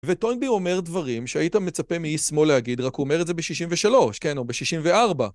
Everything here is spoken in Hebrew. וטוינבי אומר דברים שהיית מצפה מאיש שמאל להגיד, רק הוא אומר את זה ב-63, כן או ב-64.